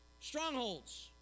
Strongholds